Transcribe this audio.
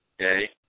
okay